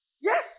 Yes